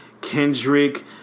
Kendrick